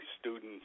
students